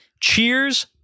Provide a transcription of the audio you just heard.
Cheers